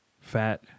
Fat